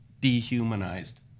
dehumanized